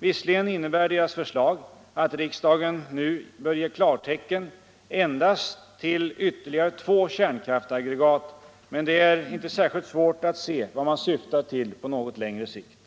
Visserligen innebär deras förslag att riksdagen nu bör ge klartecken endast till ytterligare två kärnkraftsaggregat, men det är inte särskilt svårt att se vad man syftar till på längre sikt.